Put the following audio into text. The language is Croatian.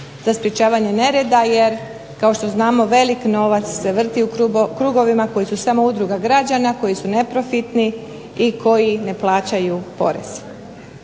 za sprečavanje nereda jer kao što znamo velik novac se vrti u krugovima koji su samo udruga građana, koji su neprofitni i koji ne plaćaju porez.